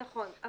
נכון.